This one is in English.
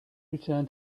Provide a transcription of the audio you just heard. return